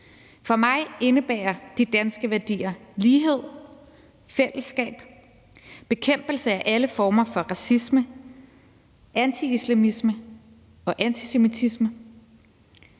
For mig indebærer de danske værdier lighed, fællesskab, bekæmpelse af alle former for racisme, antiislamisme og antisemitisme,